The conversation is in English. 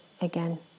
again